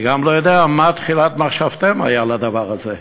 אני גם לא יודע מה הייתה תחילת מחשבתכם בדבר הזה.